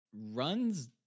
runs